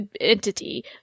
entity